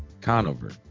conover